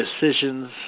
decisions